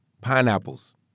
pineapples